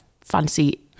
fancy